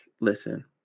Listen